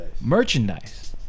Merchandise